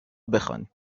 بخوانیم